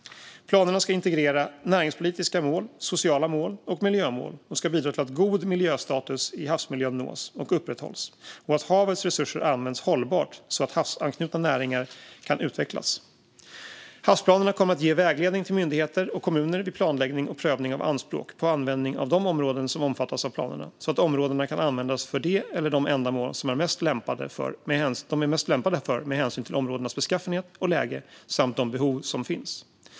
Planerna ska integrera näringspolitiska mål, sociala mål och miljömål. De ska också bidra till att god miljöstatus i havsmiljön nås och upprätthålls och att havets resurser används hållbart så att havsanknutna näringar kan utvecklas. Havsplanerna kommer att ge vägledning till myndigheter och kommuner vid planläggning och prövning av anspråk på användning av de områden som omfattas av planerna, så att områdena kan användas för det eller de ändamål som de är mest lämpade för med hänsyn till områdenas beskaffenhet och läge samt de behov som finns.